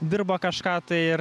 dirba kažką tai ir